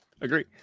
Agree